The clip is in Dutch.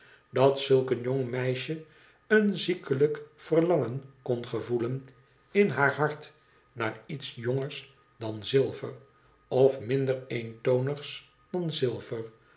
dat zulk een jong meisje een ziekelijk verlangen kon gevoelen in haar hart naar iets jongers dan zilver of minder eentonigs dan zilver